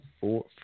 four